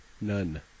None